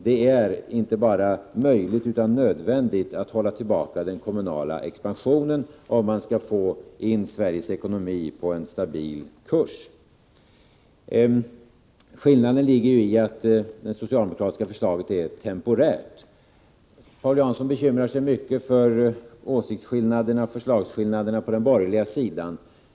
Det är inte bara möjligt utan nödvändigt att hålla tillbaka den kommunala expansionen om man skall få Sveriges ekonomi på en stabil kurs. Skillnaden ligger i att det socialdemokratiska förslaget är temporärt. Paul Jansson bekymrar sig mycket för åsiktsskillnaderna på den borgerliga sidan.